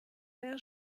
wäre